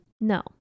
No